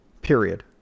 period